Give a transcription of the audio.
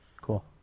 Cool